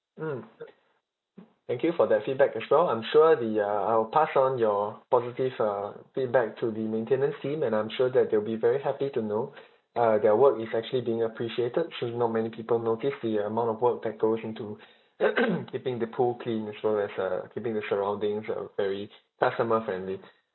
mm thank you for that feedback as well I'm sure the uh I will pass on your positive uh feedback to the maintenance team and I'm sure that they'll be very happy to know uh their work is actually being appreciated since not many people noticed the amount of work that goes into keeping the pool clean as well as uh keeping the surroundings uh very customer friendly